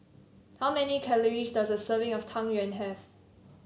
how many calories does a serving of Tang Yuen have